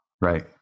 Right